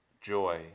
joy